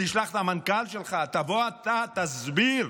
תשלח את המנכ"ל שלך, תבוא אתה, תסביר,